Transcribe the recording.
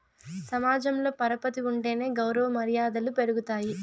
సమాజంలో పరపతి ఉంటేనే గౌరవ మర్యాదలు పెరుగుతాయి